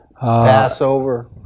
Passover